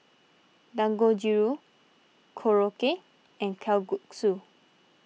Dangojiru Korokke and Kalguksu